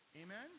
amen